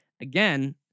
again